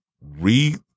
Read